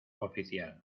oficial